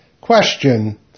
Question